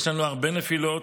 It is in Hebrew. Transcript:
יש לנו הרבה נפילות,